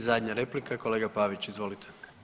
I zadnja replika kolega Pavić, izvolite.